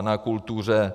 Na kultuře...